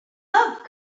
love